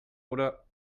oder